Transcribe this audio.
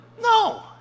No